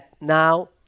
now